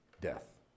death